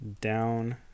down